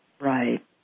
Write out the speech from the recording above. Right